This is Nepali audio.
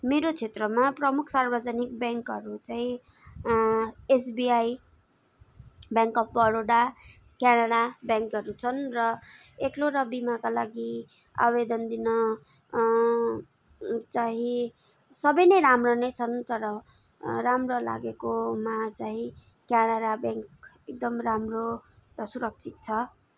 मेरो क्षेत्रमा प्रमुख सार्वजनिक ब्याङ्कहरू चाहिँ SBI bank of Baroda Canara ब्याङ्कहरू छन् र एक्लो र बिमाका लागि आवेदन दिन चाहिँ सबै नै राम्रा नै छन् तर राम्रो लागेकोमा चाहिँ क्यानारा ब्याङ्क एकदम राम्रो र सुरक्षित छ